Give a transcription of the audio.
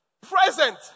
Present